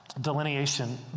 delineation